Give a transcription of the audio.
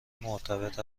مرتبط